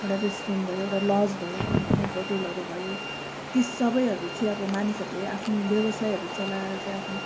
एउटा रेस्टुरेन्ट भयो एउटा लज भयो होटलहरू भयो ती सबैहरू चाहिँ अब मानिसहरूले आफ्नो व्यवसायहरू चलाएर चाहिँ आफ्नो